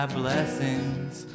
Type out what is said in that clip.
blessings